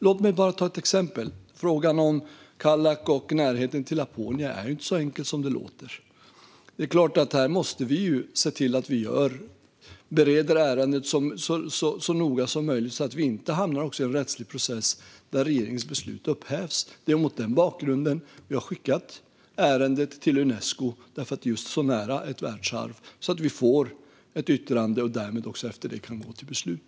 Låt mig ta ett exempel. Frågan om Kallak och närheten till Laponia är inte så enkel som det låter. Vi måste se till att bereda ärendet så noga som möjligt så att vi inte hamnar i en rättslig process där regeringens beslut upphävs. Det är mot denna bakgrund och på grund av närheten till ett världsarv som vi har skickat ärendet till Unesco så att vi får ett yttrande och därefter kan gå till beslut.